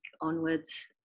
onwards